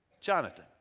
Jonathan